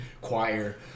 choir